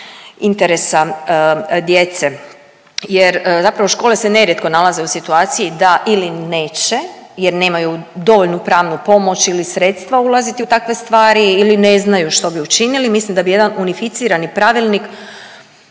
interesa djece. Jer zapravo škole se nerijetko nalaze u situaciji da ili neće jer nemaju dovoljnu pravnu pomoć ili sredstva ulaziti u takve stvari ili ne znaju što bi učinili. Mislim da bi jedan unificirani pravilnik,